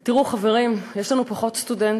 תראו, חברים, יש לנו פחות סטודנטים.